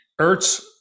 Ertz